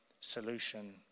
solution